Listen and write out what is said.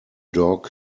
dog